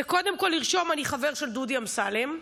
קודם כול לרשום "אני חבר של דודי אמסלם".